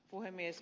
puhemies